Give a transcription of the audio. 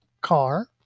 car